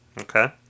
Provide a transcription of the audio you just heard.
Okay